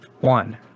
one